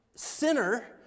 sinner